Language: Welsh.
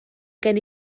gen